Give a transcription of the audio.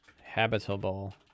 habitable